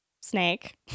snake